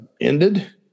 ended